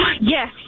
Yes